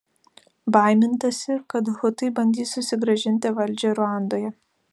baimintasi kad hutai bandys susigrąžinti valdžią ruandoje